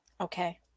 okay